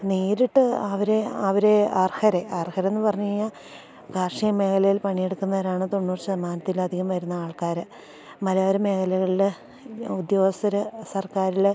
നേരിട്ട് അവരെ അവരെ അർഹർ അർഹരെന്നു പറഞ്ഞു കഴിഞ്ഞാൽ കാർഷിക മേഖലയിൽ പണിയെടുക്കുന്നവരാണ് തൊണ്ണൂറ് ശതമാനത്തിലധികം വരുന്ന ആൾക്കാർ മലയോര മേഖലകളിൽ ഉദ്യോഗസ്ഥർ സർക്കാരിൽ